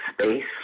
space